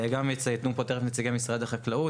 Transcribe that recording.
יציינו פה תכף נציגי משרד החקלאות,